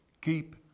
keep